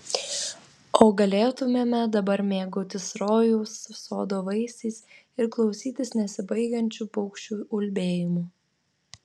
o galėtumėme dabar mėgautis rojaus sodo vaisiais ir klausytis nesibaigiančių paukščių ulbėjimų